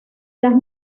las